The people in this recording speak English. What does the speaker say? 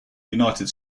united